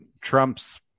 Trump's